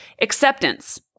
Acceptance